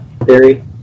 theory